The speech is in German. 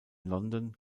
london